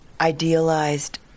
idealized